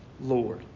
Lord